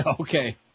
okay